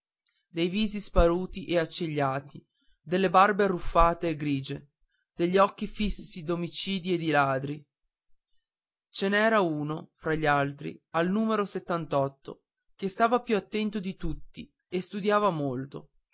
dei visi sparuti e accigliati delle barbe arruffate e grigie degli occhi fissi d'omicidi e di ladri ce n'era uno fra gli altri al numero che stava più attento di tutti e studiava molto